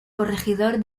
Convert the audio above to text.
corregidor